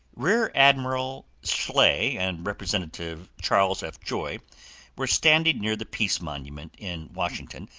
rear-admiral schley and representative charles f. joy were standing near the peace monument, in washington,